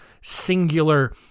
singular